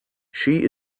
she